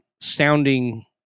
sounding